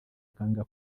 akanga